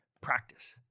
practice